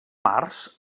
març